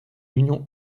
l’union